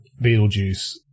Beetlejuice